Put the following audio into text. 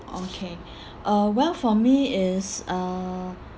okay uh well for me is uh